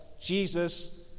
Jesus